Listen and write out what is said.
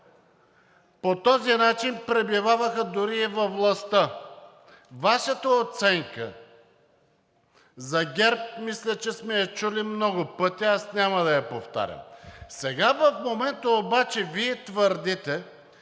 По този начин пребиваваха дори и във властта. Вашата оценка за ГЕРБ мисля, че сме я чули много пъти, аз няма да я повтарям. В момента обаче Вие твърдите,